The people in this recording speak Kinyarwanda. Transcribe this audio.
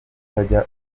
utajya